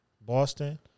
Boston